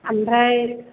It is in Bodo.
ओमफ्राय